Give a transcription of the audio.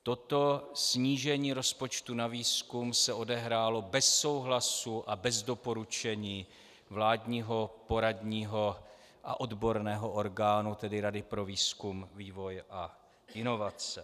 Toto snížení rozpočtu na výzkum se odehrálo bez souhlasu a bez doporučení vládního poradního a odborného orgánu, tedy Rady pro výzkum, vývoj a inovace.